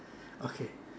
okay